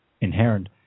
inherent